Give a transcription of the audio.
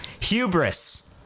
hubris